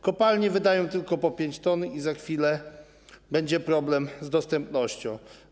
Kopalnie wydają tylko po 5 t i za chwilę będzie problem z dostępnością.